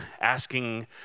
asking